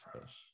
yes